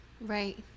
Right